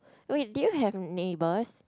oh wait do you have neighbours